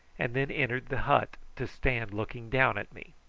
and then entered the hut to stand looking down at me.